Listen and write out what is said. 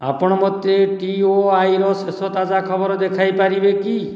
ଆପଣ ମୋତେ ଟିଓଆଇର ଶେଷ ତାଜା ଖବର ଦେଖାଇପାରିବେ କି